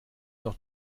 noch